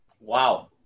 Wow